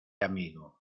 amigo